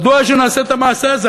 מדוע שנעשה את המעשה הזה?